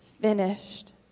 finished